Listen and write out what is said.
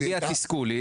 היא הביעה תסכול.